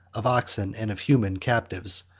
of oxen, and of human captives,